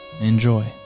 Enjoy